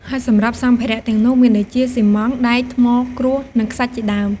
ហើយសម្រាប់សម្ភារៈទាំងនោះមានដូចជា ស៊ីម៉ង់ត៍ ដែក ថ្ម គ្រួស និងខ្សាច់ជាដើម។